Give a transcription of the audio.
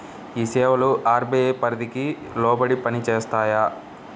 ఈ సేవలు అర్.బీ.ఐ పరిధికి లోబడి పని చేస్తాయా?